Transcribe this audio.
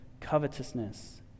covetousness